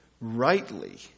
rightly